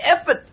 effort